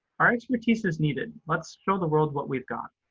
our expertise is needed, let's show the world what we've got.